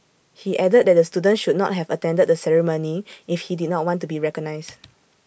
he added that the student should not have attended the ceremony if he did not want to be recognised